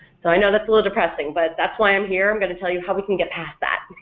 so i know that's a little depressing, but that's why i'm here, i'm going to tell you how we can get past that.